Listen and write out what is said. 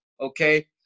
okay